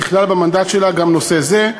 נכלל במנדט שלה גם נושא זה.